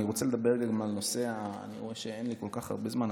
אני רואה שאין לי כל כך הרבה זמן,